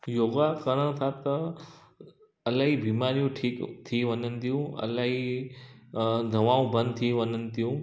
योगा करण सां त इलाही बीमारियूं ठीकु थी व़णदियूं इलाही दवाऊं बंदि थी वञनि थियूं